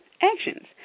actions